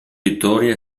vittorie